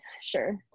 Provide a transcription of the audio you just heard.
sure